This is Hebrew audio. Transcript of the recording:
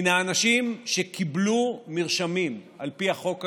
מן האנשים שקיבלו מרשמים על פי החוק הזה,